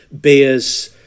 beers